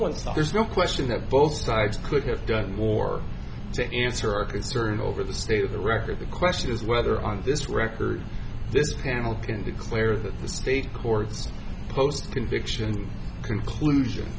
so there's no question that both sides could have done more to answer our concerns over the state of the record the question is whether on this record this panel can declare that the state courts post conviction conclusion